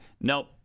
Nope